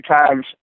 times